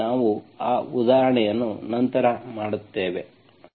ಆದ್ದರಿಂದ ನಾವು ಆ ಉದಾಹರಣೆಯನ್ನು ನಂತರ ಮಾಡುತ್ತೇವೆ